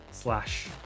slash